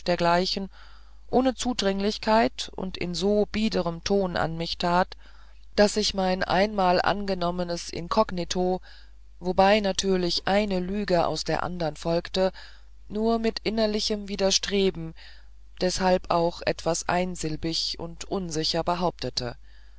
dergleichen ohne zudringlichkeit und in so biederem ton an mich tat daß ich mein einmal angenommenes inkognito wobei natürlich eine lüge aus der andern folgte nur mit innerlichem widerstreben deshalb auch etwas einsilbig und unsicher behauptete